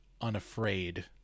unafraid